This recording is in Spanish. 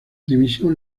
dimisión